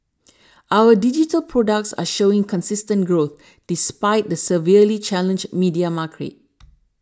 our digital products are showing consistent growth despite the severely challenged media market